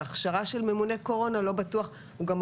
וההכשרה של ממונה קורונה זה לא בטוח כי זה